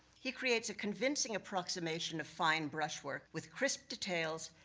he creates a convincing approximation of fine brushwork with crisp details,